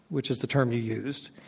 which is the term you used,